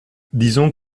disons